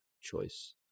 choice